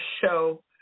show